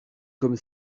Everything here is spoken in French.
comme